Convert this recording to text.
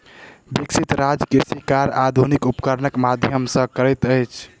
विकसित राज्य कृषि कार्य आधुनिक उपकरणक माध्यम सॅ करैत अछि